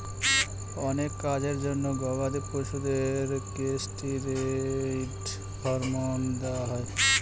অনেক কাজের জন্য গবাদি পশুদের কেষ্টিরৈড হরমোন দেওয়া হয়